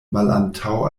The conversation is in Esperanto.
malantaŭ